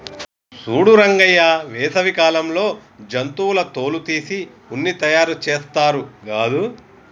సూడు రంగయ్య వేసవి కాలంలో జంతువుల తోలు తీసి ఉన్ని తయారుచేస్తారు గాదు